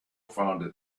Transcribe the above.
founded